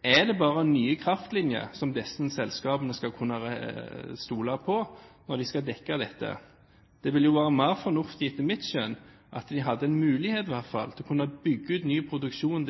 Er det bare nye kraftlinjer som disse selskapene skal kunne stole på, når de skal dekke dette? Det vil være mer fornuftig etter mitt skjønn at de hadde en mulighet, i hvert fall, til å kunne bygge ut ny produksjon